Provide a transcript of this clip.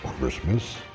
Christmas